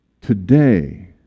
Today